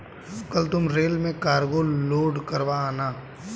कल तुम रेल में कार्गो लोड करवा आना